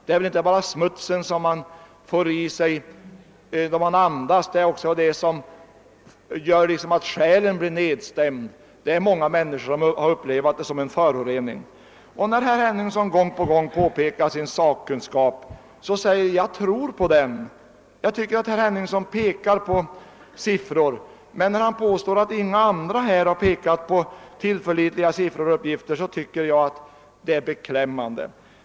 Det är väl inte bara den smuts som man får i sig när man andas som betyder något — det som gör att man blir nedstämd i själen upplever många människor också som en förorening. Herr Henningsson påpekar gång på gång sin sakkunskap. Jag tror på den. Men när han påstår att ingen annan än han själv har lämnat några tillförlitliga sifferuppgifter tycker jag det är beklämmande.